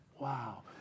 wow